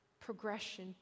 progression